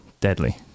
deadly